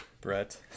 Brett